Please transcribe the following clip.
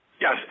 Yes